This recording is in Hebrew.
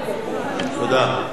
תודה.